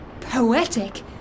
poetic